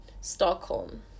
Stockholm